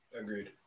Agreed